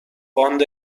باند